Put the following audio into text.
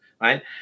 Right